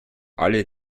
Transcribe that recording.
alle